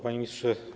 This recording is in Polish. Panie Ministrze!